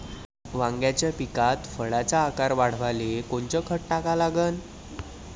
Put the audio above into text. वांग्याच्या पिकात फळाचा आकार वाढवाले कोनचं खत टाका लागन?